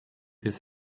his